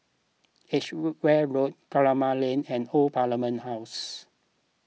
Edgeware Road Kramat Lane and Old Parliament House